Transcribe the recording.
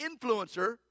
influencer